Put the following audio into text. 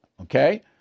okay